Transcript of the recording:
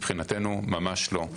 מבחינתנו ממש לא.